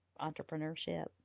entrepreneurship